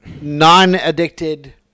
non-addicted